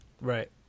Right